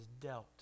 dealt